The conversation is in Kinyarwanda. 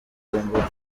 ugomba